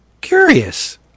Curious